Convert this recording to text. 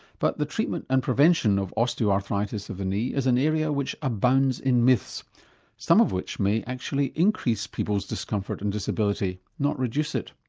but the treatment and prevention of osteoarthritis of the knee is an area which abounds in myths some of which may actually increase people's discomfort and disability, not reduce it.